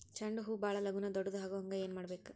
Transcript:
ಚಂಡ ಹೂ ಭಾಳ ಲಗೂನ ದೊಡ್ಡದು ಆಗುಹಂಗ್ ಏನ್ ಮಾಡ್ಬೇಕು?